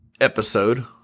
episode